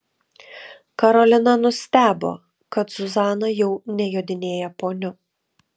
karolina nustebo kad zuzana jau nejodinėja poniu